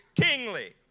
kingly